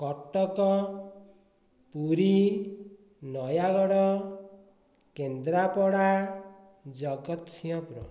Cuttack Puri Nayagarh Kendrapara Jagatsinghpur